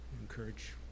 encourage